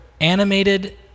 animated